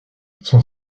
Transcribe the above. son